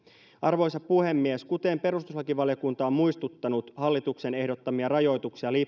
arvoisa puhemies kuten perustuslakivaliokunta on muistuttanut hallituksen ehdottamia rajoituksia